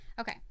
Okay